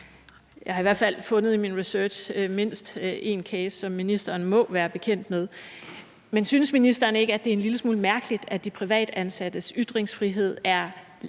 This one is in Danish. Jeg har i hvert fald i min research fundet mindst én case, som ordføreren må være bekendt med. Men synes ordføreren ikke, at det er en lille smule mærkeligt, at de privatansattes ytringsfrihed er